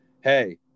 hey